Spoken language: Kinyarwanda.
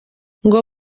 ngo